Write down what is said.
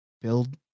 build